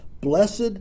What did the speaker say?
Blessed